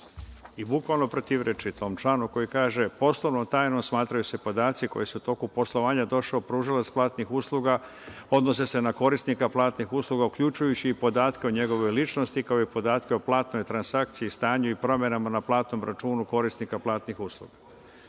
i bukvalno protivreči tom članu, koji kaže – poslovnom tajnom smatraju se podaci koji se u toku poslovanja … pružalac platnih usluga, odnose se na korisnika platnih usluga, uključujući i podatke o njegovoj ličnosti, kao i podatke o platnoj transakciji, stanju i promenama na platnom računu korisnika platnih usluga. Ono